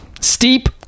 steep